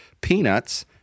peanuts